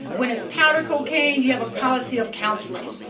when it's powder cocaine, you have a policy of counseling.